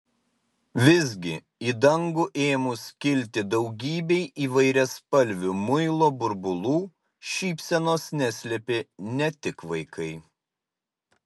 vis gi į dangų ėmus kilti daugybei įvairiaspalvių muilo burbulų šypsenos neslėpė ne tik vaikai